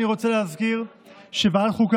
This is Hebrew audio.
אני רוצה להזכיר שוועדת החוקה,